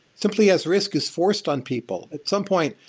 simply as risk is forced on people. at some point,